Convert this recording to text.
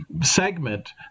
segment